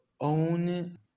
own